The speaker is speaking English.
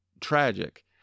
tragic